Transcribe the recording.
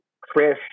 Chris